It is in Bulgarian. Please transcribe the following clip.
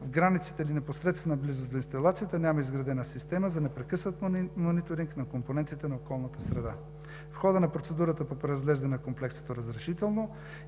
В границите на непосредствена близост до инсталацията няма изградена система за непрекъснат мониторинг на компонентите на околната среда. В хода на процедурата по преразглеждане на комплексното разрешително